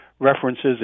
References